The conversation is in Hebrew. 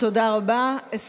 תודה רבה.